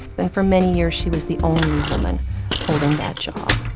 and for many years she was the only woman holding that job.